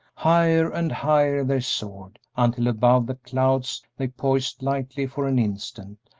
higher and higher they soared, until above the clouds they poised lightly for an instant,